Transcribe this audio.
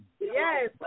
Yes